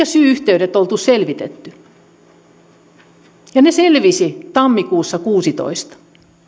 syy yhteyksiä oltu selvitetty ne selvisivät tammikuussa kaksituhattakuusitoista